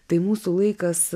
tai mūsų laikas